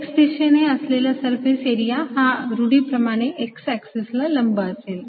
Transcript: x दिशेने असलेला surface area हा रूढीप्रमाणे x एक्सिस ला लंब असेल